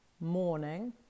morning